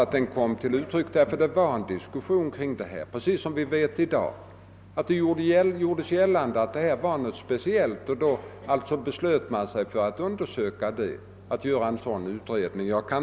Utredningen kom till eftersom det fördes en diskussion om dessa saker, precis som fallet är i dag. Det gjordes gä lande att frågan om skrivbyråerna var så specieil att man behövde låta utreda den.